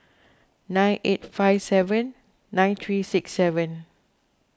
nine eight five seven nine three six seven